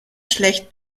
schlecht